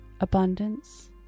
abundance